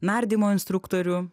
nardymo instruktorių